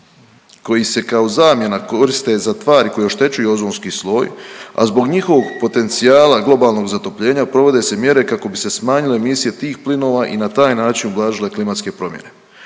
koji se kao zamjena koriste za tvari koje oštećuju ozonski sloj, a zbog njihovog potencijala globalnog zatopljenja provode se mjere kako bi se smanjile emisije tih plinova i na taj način ublažile klimatske promjene.